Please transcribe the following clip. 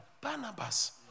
Barnabas